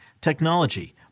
technology